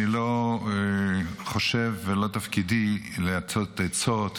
אני לא חושב ולא תפקידי להשיא עצות,